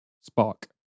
Spark